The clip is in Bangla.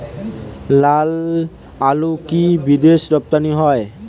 লালআলু কি বিদেশে রপ্তানি হয়?